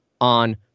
on